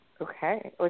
Okay